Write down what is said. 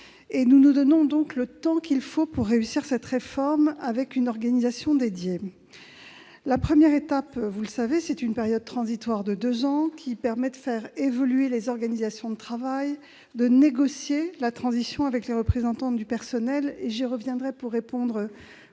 Nous nous donnons le temps qu'il faut pour la réussir, avec une organisation dédiée. La première étape, vous le savez, c'est une période transitoire de deux ans qui permet de faire évoluer les organisations de travail, de négocier la transition avec les représentants du personnel- j'y reviendrai dans un instant